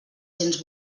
cents